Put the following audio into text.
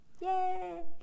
Yay